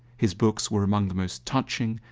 his books were among the most touching,